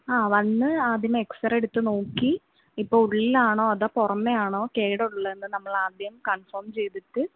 ആ വന്ന് ആദ്യമേ എക്സ്റേ എടുത്ത് നോക്കി ഇപ്പോൾ ഉള്ളിലാണോ അതോ പുറമേ ആണോ കേടുള്ളത് എന്ന് നമ്മൾ ആദ്യം കൺഫോം ചെയ്തിട്ട്